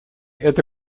это